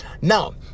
Now